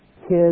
kids